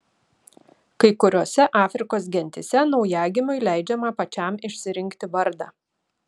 kai kuriose afrikos gentyse naujagimiui leidžiama pačiam išsirinkti vardą